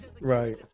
Right